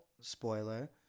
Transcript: spoiler